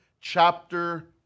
chapter